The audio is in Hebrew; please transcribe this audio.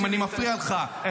אם אני מפריע לך,